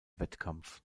wettkampf